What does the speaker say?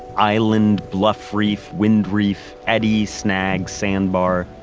island, bluff reef, wind reef, eddy, snag, sandbar,